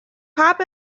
pop